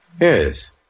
Yes